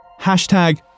Hashtag